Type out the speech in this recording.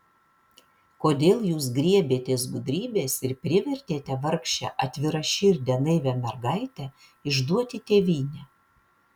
kodėl jūs griebėtės gudrybės ir privertėte vargšę atviraširdę naivią mergaitę išduoti tėvynę